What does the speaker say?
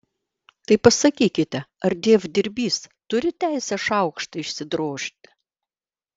tai pasakykite ar dievdirbys turi teisę šaukštą išsidrožti